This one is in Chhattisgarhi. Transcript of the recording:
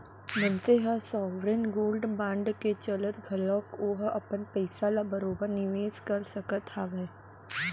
मनसे ह सॉवरेन गोल्ड बांड के चलत घलोक ओहा अपन पइसा ल बरोबर निवेस कर सकत हावय